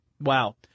Wow